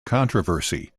controversy